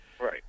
Right